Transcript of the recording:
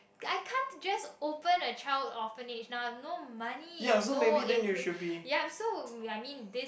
I can't just open a child orphanage now I have no money and no influ~ ya so I mean this